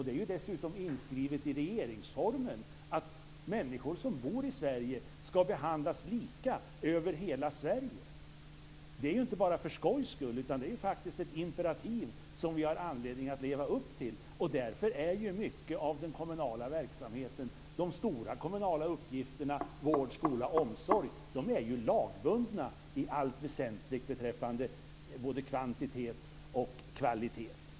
Det är dessutom inskrivet i regeringsformen att människor som bor i Sverige ska behandlas lika över hela Sverige. Det är inte bara för skojs skull. Det är faktiskt ett imperativ som vi har anledning att leva upp till. Därför är mycket av den kommunala verksamheten - de stora kommunala uppgifterna vård, skola och omsorg - lagbundna i allt väsentlig beträffande både kvantitet och kvalitet.